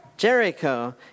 Jericho